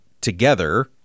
together